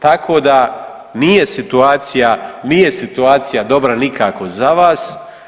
Tako da nije situacija, nije situacija dobra nikako za vas.